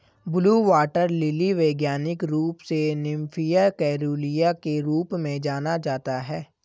blue water lily वैज्ञानिक रूप से निम्फिया केरूलिया के रूप में जाना जाता है